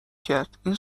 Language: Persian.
کرد، این